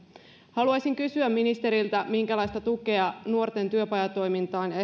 haluaisin kysyä ministeriltä minkälaista tukea nuorten työpajatoimintaan ja